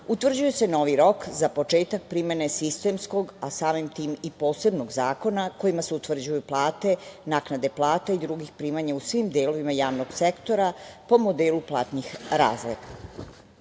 utvrđuje se novi rok za početak primene sistemskog, a samim tim i posebnog zakona kojima se utvrđuju plate, naknade plata i drugih primanja u svim delovima javnog sektora, po modelu platnih razreda. Moja